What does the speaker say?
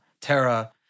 Terra